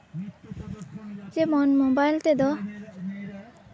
ᱡᱮᱢᱚᱱ ᱢᱳᱵᱟᱭᱤᱞ ᱛᱮᱫᱚ